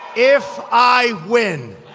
if i win